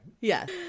Yes